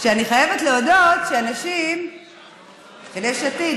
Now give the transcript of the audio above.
ואני חייבת להודות שהנשים של יש עתיד,